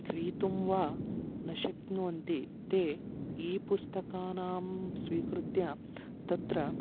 क्रेतुं वा न शक्नुवन्ति ते ई पुस्तकानि स्वीकृत्य तत्र